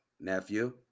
Nephew